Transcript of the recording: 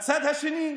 מהצד השני,